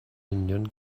union